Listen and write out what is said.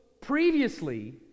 previously